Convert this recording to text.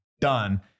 Done